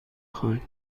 خواهیم